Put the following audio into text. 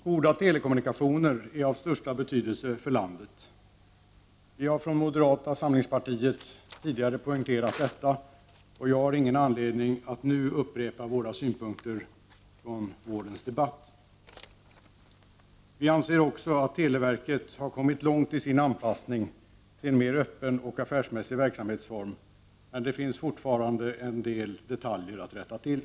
Herr talman! Goda telekommunikationer är av största betydelse för landet. Vi har från moderata samlingspartiet tidigare poängterat detta, och jag har ingen anledning att nu upprepa våra synpunkter från vårens debatt. Vi anser också att televerket har kommit långt i sin anpassning till en mer öppen och affärsmässig verksamhetsform, men det finns fortfarande en del detaljer att rätta till.